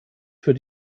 für